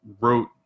wrote